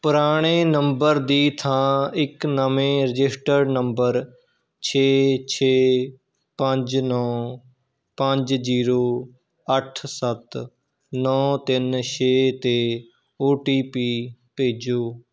ਪੁਰਾਣੇ ਨੰਬਰ ਦੀ ਥਾਂ ਇੱਕ ਨਵੇਂ ਰਜਿਸਟਰਡ ਨੰਬਰ ਛੇ ਛੇ ਪੰਜ ਨੌ ਪੰਜ ਜੀਰੋ ਅੱਠ ਸੱਤ ਨੌ ਤਿੰਨ ਛੇ 'ਤੇ ਓ ਟੀ ਪੀ ਭੇਜੋ